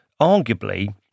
arguably